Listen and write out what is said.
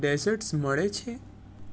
desserts મળે છે